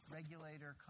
regulator